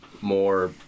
more